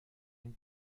این